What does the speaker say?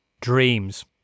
Dreams